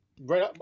right